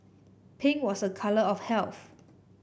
pink was a colour of health